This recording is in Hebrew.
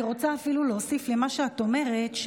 אני רוצה אפילו להוסיף למה שאת אומרת,